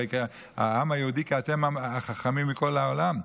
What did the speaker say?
הרי העם היהודי, כי אתם החכמים מכל העולם.